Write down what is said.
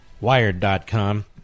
Wired.com